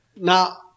Now